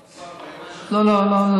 לא, לא.